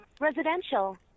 Residential